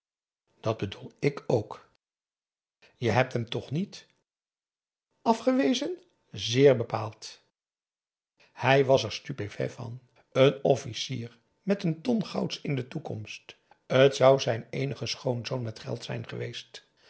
dat bedoel ik ook je hebt hem toch niet afgewezen zeer bepaald hij was er stupéfait van een officier met n ton gouds in de toekomst t zou zijn eenige schoonzoon met geld zijn geweest